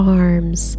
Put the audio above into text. arms